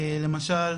למשל,